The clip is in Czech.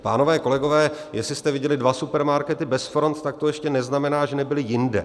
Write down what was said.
Pánové, kolegové, jestli jste viděli dva supermarkety bez front, tak to ještě neznamená, že nebyly jinde.